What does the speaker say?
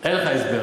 אין לך הסבר.